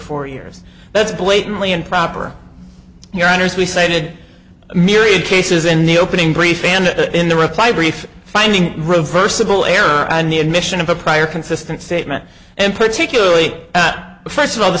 four years that's blatantly improper your honour's we cited myriad cases in the opening brief and in the reply brief finding reversible error and the admission of a prior consistent statement and particularly at first of all the